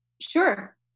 Sure